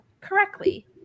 correctly